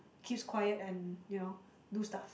keeps quiet and you know do stuff